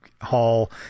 hall